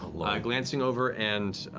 glancing over and